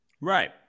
right